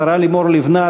השרה לימור לבנת,